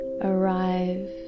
arrive